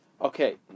Okay